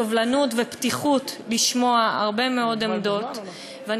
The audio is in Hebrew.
סובלנות ופתיחות לשמוע הרבה מאוד עמדות.